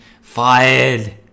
fired